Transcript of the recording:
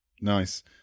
Nice